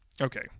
Okay